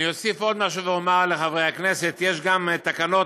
אני אוסיף עוד משהו ואומר לחברי הכנסת: יש גם תקנות,